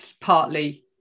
partly